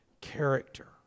character